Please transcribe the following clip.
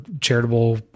charitable